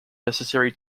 necessary